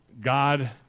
God